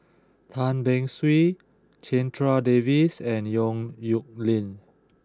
Tan Beng Swee Checha Davies and Yong Nyuk Lin